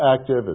active